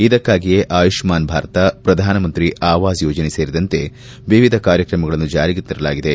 ಇದಕ್ಕಾಗಿಯೇ ಆಯುಷ್ನಾನ್ ಭಾರತ ಪ್ರಧಾನಮಂತ್ರಿ ಅವಾಜ್ ಯೋಜನೆ ಸೇರಿದಂತೆ ವಿವಿಧ ಕಾರ್ಯಕ್ರಮಗಳನ್ನು ಜಾರಿಗೆ ತರಲಾಗಿದೆ